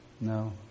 No